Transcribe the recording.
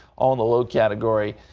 all the low category.